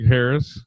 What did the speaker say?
Harris